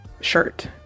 shirt